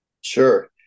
Sure